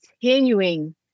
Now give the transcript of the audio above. continuing